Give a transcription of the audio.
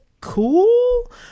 cool